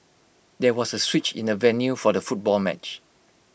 there was A switch in the venue for the football match